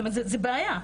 זאת אומרת זו בעיה.